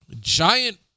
giant